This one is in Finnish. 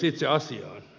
itse asiaan